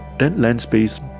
that land space,